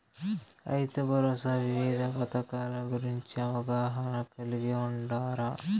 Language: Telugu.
రైతుభరోసా వివిధ పథకాల గురించి అవగాహన కలిగి వుండారా?